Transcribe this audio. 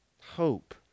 hope